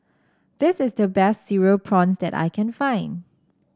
this is the best Cereal Prawns that I can find